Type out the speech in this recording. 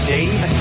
Dave